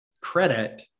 credit